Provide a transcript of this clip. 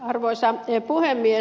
arvoisa puhemies